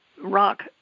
rock